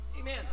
Amen